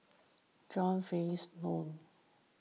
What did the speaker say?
John Fearns Nicoll